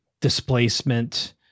displacement